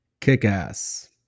kick-ass